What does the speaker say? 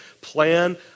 plan